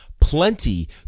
plenty